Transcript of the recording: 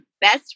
best